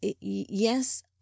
Yes